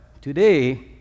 today